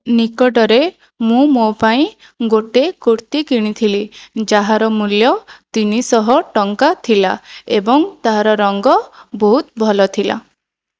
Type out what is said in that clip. ନିକଟରେ ମୁଁ ମୋ ପାଇଁ ଗୋଟିଏ କୁର୍ତ୍ତି କିଣିଥିଲି ଯାହାର ମୂଲ୍ୟ ତିନିଶହ ଟଙ୍କା ଥିଲା ଏବଂ ତାହାର ରଙ୍ଗ ବହୁତ ଭଲ ଥିଲା